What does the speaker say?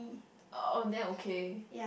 uh then okay